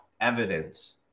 evidence